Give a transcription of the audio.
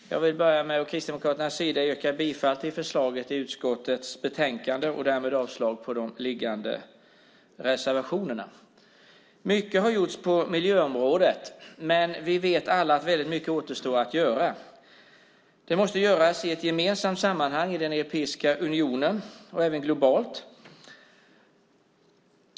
Fru talman! Jag vill börja med att från Kristdemokraternas sida yrka bifall till förslaget i utskottets betänkande och därmed avslag på reservationerna. Mycket har gjorts på miljöområdet, men vi vet alla att mycket återstår att göra. Det måste göras i ett gemensamt sammanhang i Europeiska unionen och globalt.